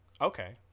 Okay